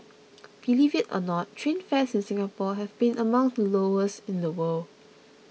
believe it or not train fares in Singapore have been among the lowest in the world